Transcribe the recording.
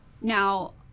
Now